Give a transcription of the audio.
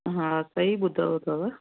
हा सही ॿुधव अथव